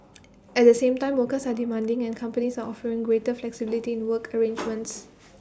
at the same time workers are demanding and companies are offering greater flexibility in work arrangements